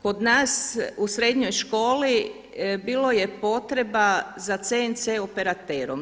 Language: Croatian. Kod nas u srednjoj školi bilo je potreba za CNC operaterom.